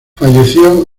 falleció